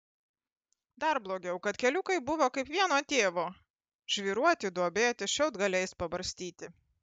dar blogiau kad keliukai buvo kaip vieno tėvo žvyruoti duobėti šiaudgaliais pabarstyti